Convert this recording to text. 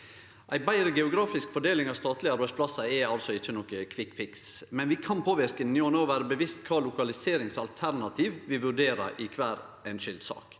Ei betre geografisk fordeling av statlege arbeidsplassar er altså ikkje nokon kvikkfiks, men vi kan påverke dette gjennom å vere bevisste på kva lokaliseringsalternativ vi vurderer i kvar enkelt sak.